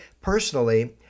personally